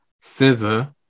Scissor